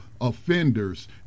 offenders